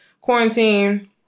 quarantine